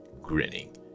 grinning